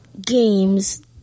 games